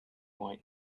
white